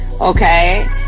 okay